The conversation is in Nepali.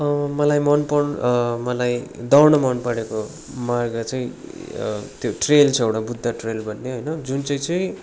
मलाई मनपर मलाई दौड्न मनपरेको मार्ग चाहिँ त्यो ट्रेल छ एउटा बुद्ध ट्रेल भन्ने होइन जुन चाहिँ चाहिँ